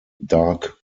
dark